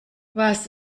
was